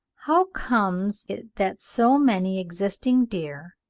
how comes it that so many existing deer,